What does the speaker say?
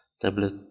tablet